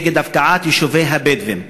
נגד הפקעת יישובי הבדואים.